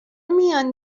میان